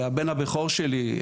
הבן הבכור שלי,